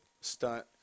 stunt